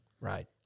Right